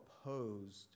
opposed